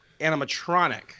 animatronic